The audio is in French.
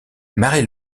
marie